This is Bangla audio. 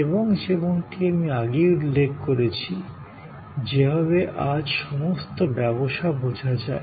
এবং যেমনটি আমি আগেই উল্লেখ করেছি যেভাবে আজ সমস্ত ব্যবসা বোঝা যায়